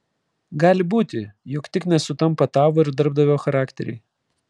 gali būti jog tik nesutampa tavo ir darbdavio charakteriai